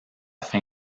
fin